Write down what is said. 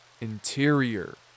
interior